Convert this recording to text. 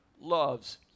loves